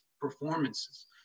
performances